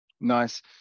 Nice